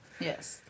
Yes